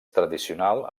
tradicional